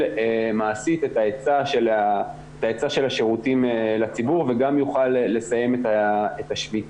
מעשית את ההיצע של השירותים לציבור וגם יוכל לסיים את השביתה.